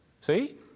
See